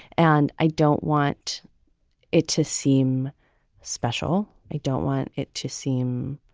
and i don't want it to seem special. i don't want it to seem